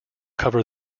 cover